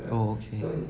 oh okay